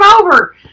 over